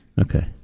Okay